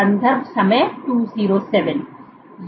संदर्भित समय 0207